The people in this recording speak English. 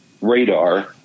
radar